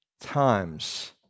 times